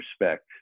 respect